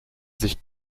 sich